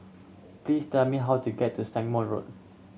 please tell me how to get to Stagmont Road